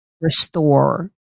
restore